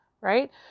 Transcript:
Right